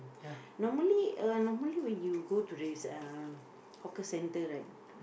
normally uh normally when you go to this uh hawker center right